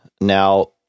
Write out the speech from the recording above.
now